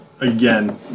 again